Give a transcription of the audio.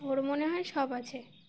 ওর মনে হয় সব আছে